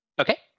Okay